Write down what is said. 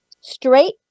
straight